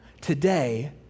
today